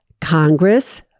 Congress